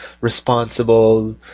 responsible